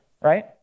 right